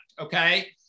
Okay